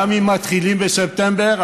גם אם מתחילים בספטמבר,